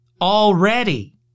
already